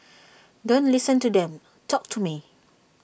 don't listen to them talk to me